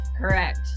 Correct